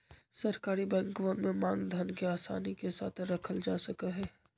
सरकारी बैंकवन में मांग धन के आसानी के साथ रखल जा सका हई